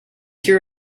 here